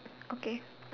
okay